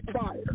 fire